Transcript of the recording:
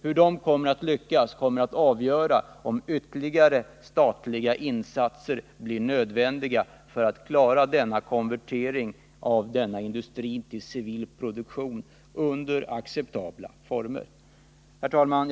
Hur man kommer att lyckas avgör om ytterligare statliga insatser blir nödvändiga för att i acceptabla former klara konverteringen av denna industri till civil produktion. Herr talman!